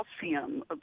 calcium